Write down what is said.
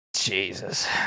jesus